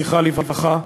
זכרה לברכה.